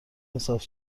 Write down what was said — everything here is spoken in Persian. انصاف